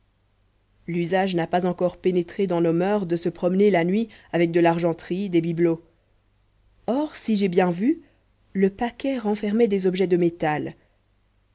l'usage n'a pas encore pénétré dans nos moeurs de se promener la nuit avec de l'argenterie des bibelots or si j'ai bien vu le paquet renfermait des objets de métal